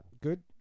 Good